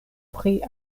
pri